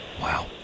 wow